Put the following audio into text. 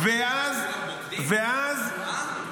שאמר שכולנו בוגדים?